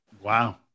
Wow